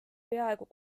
peaaegu